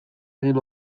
egin